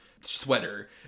sweater